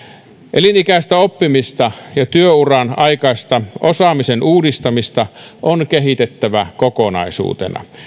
elinikäistä oppimista ja työuran aikaista osaamisen uudistamista on kehitettävä kokonaisuutena